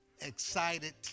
excited